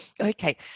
Okay